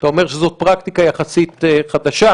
אתה אומר שזאת פרקטיקה נוהגת יחסית חדשה.